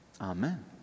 amen